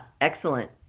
excellent